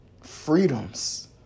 freedoms